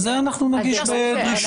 אבל את זה אנחנו נגיש בדרישות.